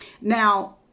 Now